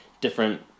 different